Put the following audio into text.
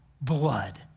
blood